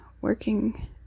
working